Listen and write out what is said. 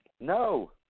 No